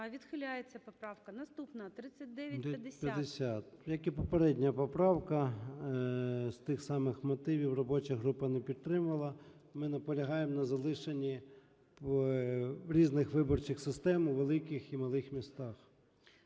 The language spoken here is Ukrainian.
Відхиляється поправка. Наступна – 3950. 13:11:14 ЧЕРНЕНКО О.М. Як і попередня поправка, з тих самих мотивів, робоча група не підтримала. Ми наполягаємо на залишенні різних виборчих систем у великих і малих містах.